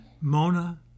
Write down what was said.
Mona